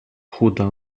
chuda